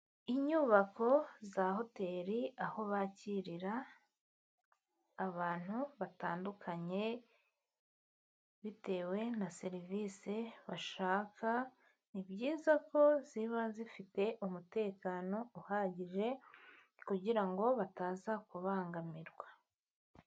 Inyubako za hoteli aho bakirira abantu batandukanye bitewe na serivisi bashaka, ni byiza ko ziba zifite umutekano uhagije, kugira ngo bataza kubangamirwa.